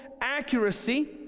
accuracy